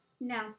No